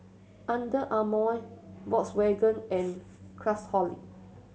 Under Armour Volkswagen and Craftholic